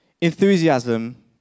Enthusiasm